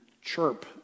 chirp